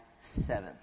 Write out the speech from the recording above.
seven